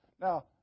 Now